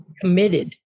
committed